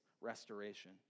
restoration